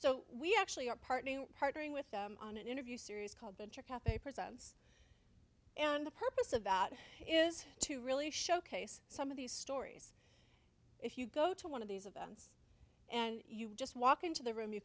so we actually are partnering partnering with them on an interview series called venture capital presence and the purpose of that is to really showcase some of these stories if you go to one of these events and you just walk into the room you